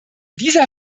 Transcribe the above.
dieser